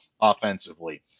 offensively